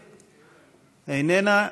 איננה,